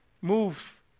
move